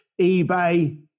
eBay